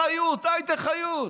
"היידה חיות", "היידה חיות".